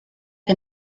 que